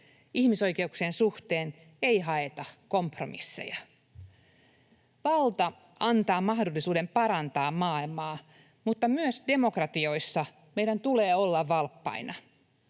Ihmisoikeuksien suhteen ei haeta kompromisseja. Valta antaa mahdollisuuden parantaa maailmaa, mutta myös demokratioissa meidän tulee olla valppaina.